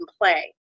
play